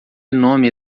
nome